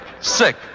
sick